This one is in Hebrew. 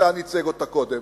שניצן ייצג אותה קודם,